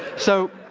so,